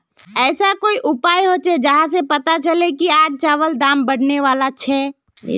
ऐसा कोई उपाय होचे जहा से पता चले की आज चावल दाम बढ़ने बला छे?